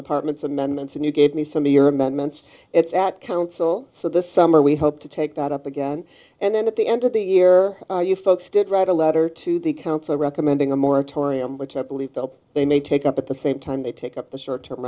department's amendments and you gave me some of your amendments it's at council so this summer we hope to take that up again and then at the end of the year you folks did write a letter to the council recommending a moratorium which i believe they may take up at the same time they take up the short term